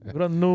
Grande